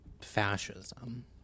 fascism